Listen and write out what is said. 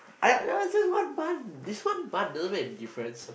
I nah it's just one bun this one bun doesn't make a difference